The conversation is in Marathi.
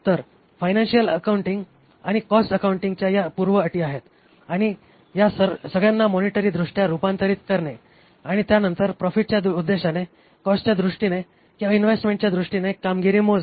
तर फायनान्शियल अकाउंटिंग आणि कॉस्ट अकाउंटिंगच्या या पूर्व अटी आहेत आणि या सगळ्यांना मॉनिटरी दृष्ट्या रूपांतरित करणे आणि त्यानंतर प्रॉफिटच्या उद्देशाने कॉस्टच्या दृष्टीने किंवा इन्व्हेस्टमेंटच्या दृष्टीने कामगिरी मोजणे